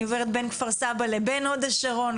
אני עוברת בין כפר סבא לבין הוד השרון,